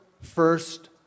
first